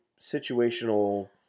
situational